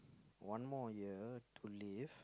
one more year to live